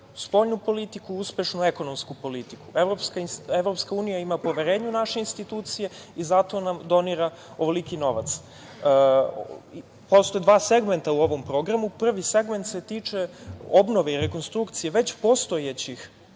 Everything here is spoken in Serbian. spoljnu politiku, uspešnu ekonomsku politiku. Evropska unija ima poverenja u naše institucije i zato nam donira ovoliki novac. Postoje dva segmenta u ovom programu. Prvi segment se tiče obnove i rekonstrukcije već postojećih